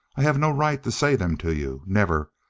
i have no right to say them to you never,